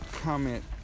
comment